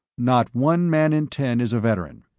not one man in ten is a veteran.